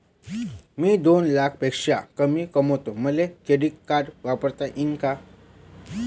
मी दोन लाखापेक्षा कमी कमावतो, मले क्रेडिट कार्ड वापरता येईन का?